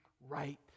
right